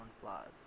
flaws